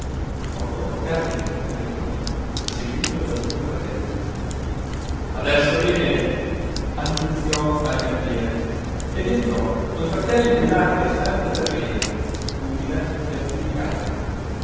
mai poco dopo càrmine ritornò seguito dai due fratelli adesso viene annunziò al campiere ed entrò coi fratelli nell'ampia stanza terrena umida e affumicata